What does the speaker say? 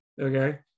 Okay